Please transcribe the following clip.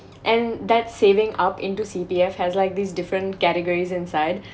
and that saving up into C_P_F has like these different categories inside